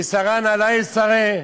אסרנא לא אסרי,